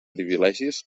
privilegis